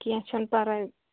کیٚنٛہہ چھُنہٕ پَرٕواے